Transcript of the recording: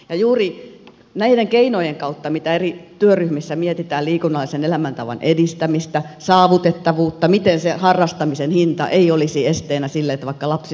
ja juuri näitä keinoja eri työryhmissä mietitään liikunnallisen elämäntavan edistämistä saavutettavuutta miten sen harrastamisen hinta ei olisi esteenä sille että vaikka lapsi löytää liikunnan